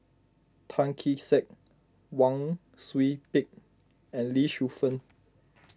Tan Kee Sek Wang Sui Pick and Lee Shu Fen